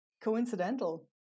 coincidental